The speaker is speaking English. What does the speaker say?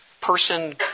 person